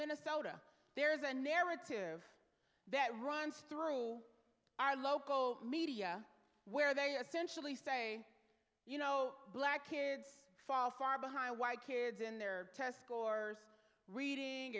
minnesota there's a narrative that runs through our local media where they are essentially say you know black kids fall far behind white kids in their test scores reading